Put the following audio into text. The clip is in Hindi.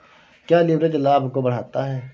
क्या लिवरेज लाभ को बढ़ाता है?